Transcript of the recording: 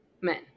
men